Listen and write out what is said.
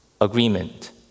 Agreement